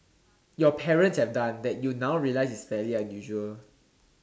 your parent have done that you now realise is very unusual